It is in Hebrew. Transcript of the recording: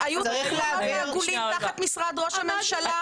היו את השולחנות העגולים תחת משרד ראש הממשלה,